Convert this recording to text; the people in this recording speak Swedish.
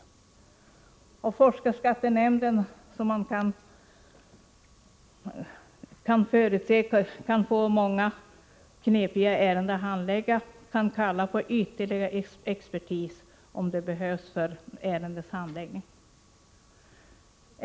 Man kan förutse att forskarskattenämnden kan komma att få många knepiga ärenden att handlägga, och den kan kalla in ytterligare expertis om det behövs för ärendens handläggning.